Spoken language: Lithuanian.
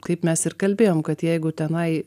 kaip mes ir kalbėjom kad jeigu tenai